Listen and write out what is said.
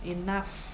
enough